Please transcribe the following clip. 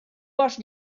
bosc